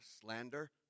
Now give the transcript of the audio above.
slander